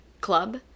club